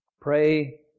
Pray